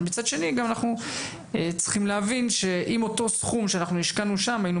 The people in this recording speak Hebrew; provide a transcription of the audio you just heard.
אבל מצד שני אנחנו גם צריכים להבין שאם אותו סכום שאנחנו השקענו שם היינו